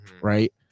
right